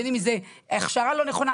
בין אם זאת הכשרה לא נכונה.